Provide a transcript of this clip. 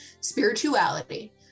spirituality